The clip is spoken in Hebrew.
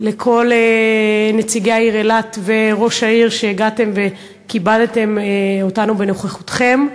לכל נציגי העיר אילת ולראש העיר על שהגעתם וכיבדתם אותנו בנוכחותכם.